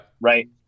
right